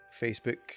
Facebook